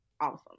awesome